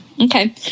Okay